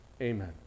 Amen